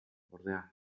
ordea